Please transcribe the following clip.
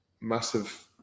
massive